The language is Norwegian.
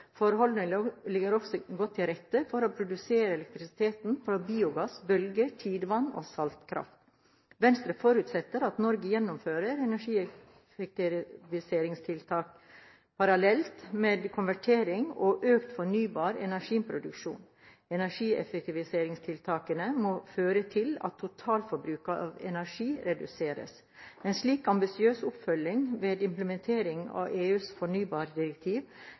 godt til rette for å produsere elektrisitet fra biogass, bølger, tidevann og saltkraft. Venstre forutsetter at Norge gjennomfører energieffektiviseringstiltak parallelt med konvertering og økt fornybar energiproduksjon. Energieffektiviseringstiltakene må føre til at totalforbruket av energi reduseres. En slik ambisiøs oppfølging ved implementering av EUs fornybardirektiv